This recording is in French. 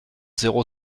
zéro